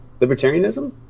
libertarianism